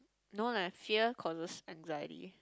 no like fear causes anxiety